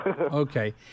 Okay